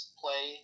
play